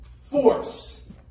force